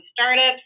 startups